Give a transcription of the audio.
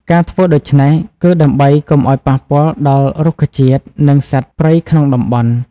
ការធ្វើដូច្នេះ គឺដើម្បីកុំធ្វើឱ្យប៉ះពាល់ដល់រុក្ខជាតិ និងសត្វព្រៃក្នុងតំបន់។